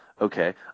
Okay